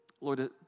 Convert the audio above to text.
Lord